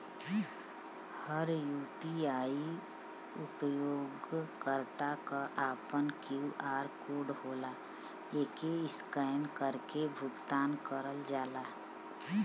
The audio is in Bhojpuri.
हर यू.पी.आई उपयोगकर्ता क आपन क्यू.आर कोड होला एके स्कैन करके भुगतान करल जाला